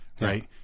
Right